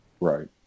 Right